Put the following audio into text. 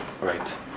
Right